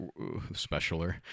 specialer